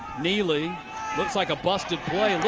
kneelly looks like a busted play.